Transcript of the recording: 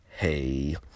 Hey